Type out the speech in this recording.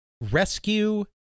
Rescue